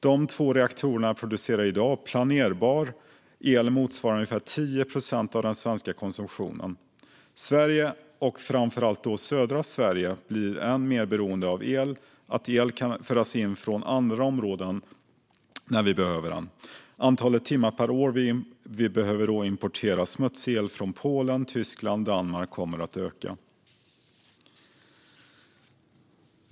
Dessa två reaktorer producerar i dag planerbar el motsvarande 10 procent av den svenska konsumtionen. Sverige, framför allt södra Sverige, kommer därmed att bli än mer beroende av att el kan föras in från andra områden när vi behöver den. Antalet timmar per år vi behöver importera smutsig el från Polen, Tyskland och Danmark kommer att öka.